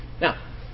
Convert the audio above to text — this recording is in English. Now